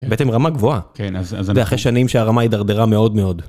הבאתם רמה גבוהה, זה אחרי שנים שהרמה הידרדרה מאוד מאוד.